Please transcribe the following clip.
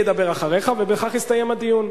ובכך יסתיים הדיון.